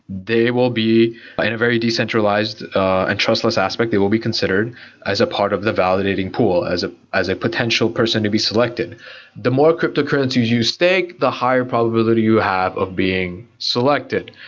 they will be in a very decentralized and trustless aspect, they will be considered as a part of the validating pool, as ah as a potential person to be selected the most cryptocurrencies you stake, the higher probability you have of being selected.